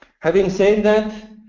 having said that,